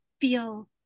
feel